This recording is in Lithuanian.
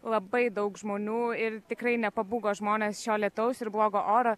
labai daug žmonių ir tikrai nepabūgo žmonės šio lietaus ir blogo oro